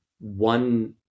one